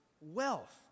wealth